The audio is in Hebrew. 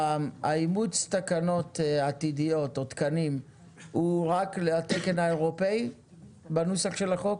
אימוץ התקנות העתידיות או תקנים הוא רק לתקן האירופאי בנוסח של החוק?